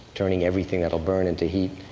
turning everything that will burn into heat,